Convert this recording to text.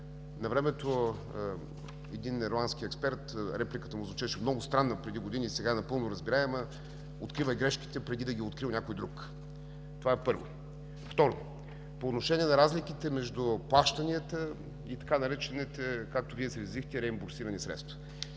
навремето един ирландски експерт – репликата му преди години звучеше много странно, но сега е напълно разбираема: „Да открием грешките, преди да ги е открил някой друг”. Това, първо. Второ, по отношение на разликите между плащанията и така наречените, както Вие се изразихте, „реимбурсирани средства”.